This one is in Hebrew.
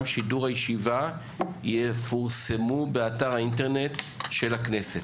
שידור הישיבה יפורסמו באתר האינטרנט של הכנסת.